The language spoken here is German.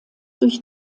durch